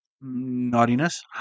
naughtiness